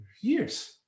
years